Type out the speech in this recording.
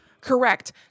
Correct